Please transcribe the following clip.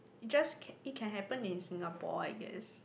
just can it can happen in Singapore I guess